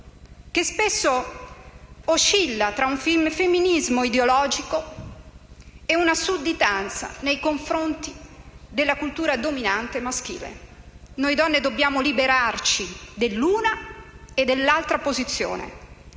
che spesso oscilla tra un femminismo ideologico e una sudditanza nei confronti della cultura dominante maschile. Noi donne dobbiamo liberarci dell'una e dell'altra posizione